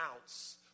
ounce